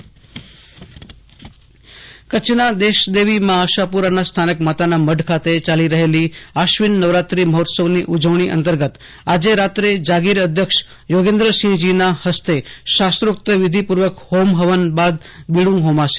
આશુતોષ અંતાણી કચ્છ માતાના મઢ હવન કચ્છના દેશદેવી માં આશાપુરાના સ્થાનક માતાના મઢ ખાતે યાલી રહેલી અશ્વિન નવરાત્રી મહોત્સવની ઉજવણી અંતર્ગત આજે રાત્રે જાગીર અધ્યક્ષ યોગેન્દ્રસિંહજીના ફસ્તે શાસ્ત્રોક્ત વિધિ પૂર્વક હોમ હવન બાદ બીડું હોમાશે